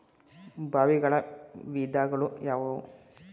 ಬಾವಿಗಳ ವಿಧಗಳು ಯಾವುವು?